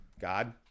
God